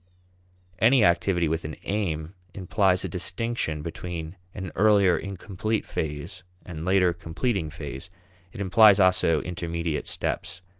any activity with an aim implies a distinction between an earlier incomplete phase and later completing phase it implies also intermediate steps.